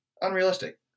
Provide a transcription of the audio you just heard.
unrealistic